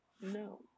No